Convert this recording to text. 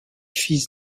fils